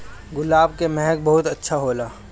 गुलाब के महक बहुते अच्छा होला